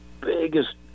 biggest